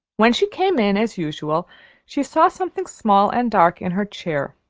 when she came in as usual she saw something small and dark in her chair